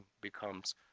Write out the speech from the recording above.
becomes